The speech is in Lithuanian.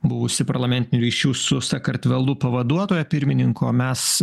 buvusi parlamentinių ryšių su sakartvelu pavaduotoja pirmininko o mes